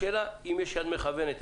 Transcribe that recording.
השאלה אם יש יד מכוונת.